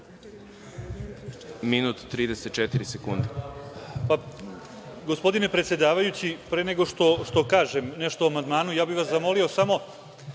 minut i 34 sekunde.